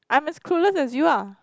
I'm as clueless as you are